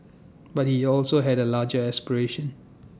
but he also had A larger aspiration